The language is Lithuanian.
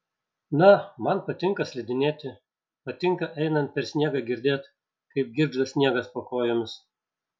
na man patinka slidinėti patinka einant per sniegą girdėt kaip girgžda sniegas po kojomis